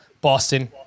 Boston